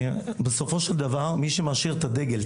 בסופו של דבר מי שמאשר את הדגל,